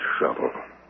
shovel